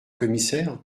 commissaire